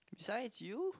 besides you